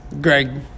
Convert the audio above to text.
Greg